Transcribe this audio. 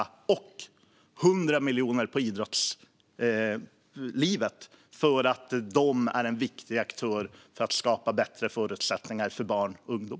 Vi lägger också 100 miljoner på idrottslivet, som är en viktig aktör för att skapa bättre förutsättningar för barn och ungdom.